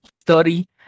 story